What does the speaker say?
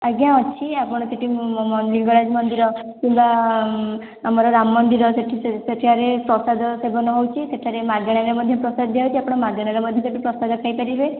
ଆଜ୍ଞା ଅଛି ଆପଣ ସେଇଠି ଲିଙ୍ଗରାଜ ମନ୍ଦିର କିମ୍ବା ଆମର ରାମ ମନ୍ଦିର ସେଠାରେ ପ୍ରସାଦ ସେବନ ହେଉଛି ସେଠାରେ ମାଗଣାରେ ମଧ୍ୟ ପ୍ରସାଦ ଦିଆହେଉଛି ଆପଣ ମାଗଣାରେ ମଧ୍ୟ ସେଇଠି ପ୍ରସାଦ ଖାଇପାରିବେ